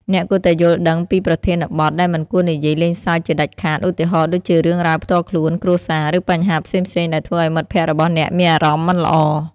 អ្នកគួរតែយល់ដឹងពីប្រធានបទដែលមិនគួរនិយាយលេងសើចជាដាច់ខាត ឧទាហរណ៍ដូចជារឿងរ៉ាវផ្ទាល់ខ្លួន គ្រួសារ ឬបញ្ហាផ្សេងៗដែលធ្វើឲ្យមិត្តភក្តិរបស់អ្នកមានអារម្មណ៍មិនល្អ។